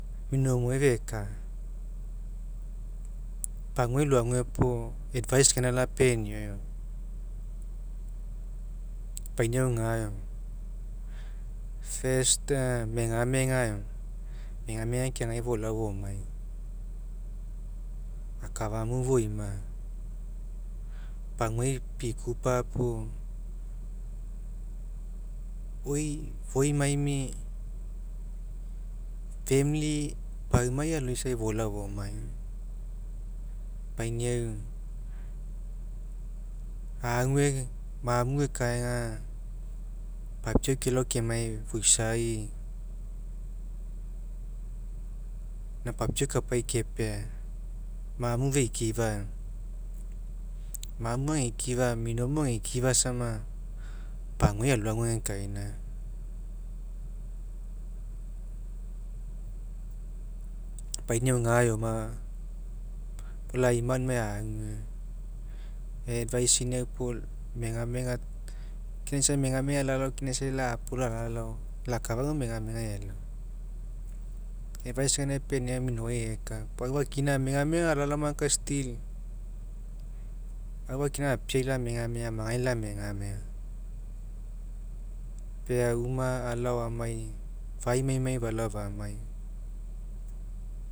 Minomuai feka paguai loague puo advice gaina lapenio ", eoma. Epeniau ga ekma first aga megamega eoma megamega keagagai falao famai eoma akafamu foima eoma, pagua pikupa puo oi foimaimi famili paumai aloisai folao fomai eoma. Epeniau ague mamu ekaega papiau kelao kemai foisa gaina papiau kapai kepea mamu feiafa eoma mamu ageikifa minomu ageikifa sama gae paguai alogai agekaina eoma. Epeniau gaeoma laima aunimai ague eadvice'iniau puo megamega la kina isai megamega lalao kina isa la'apolo alalao lau akafau aga megamega elao advice gaina epeniau aga minouai eka pau aufakina megamega alalao ma kai still aufakina gapiai lamegamega amagai lamegamega pae uma alao amai faimaimai falao famai eoma